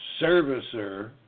servicer